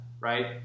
right